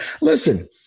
Listen